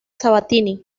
sabatini